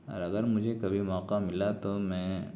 اور اگر مجھے کبھی موقعہ ملا تو میں انہیں